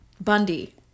Bundy